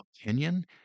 opinion